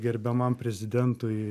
gerbiamam prezidentui